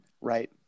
Right